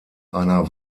einer